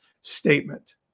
statement